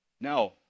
Now